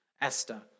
Esther